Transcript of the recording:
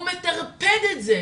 הוא מטרפד את זה.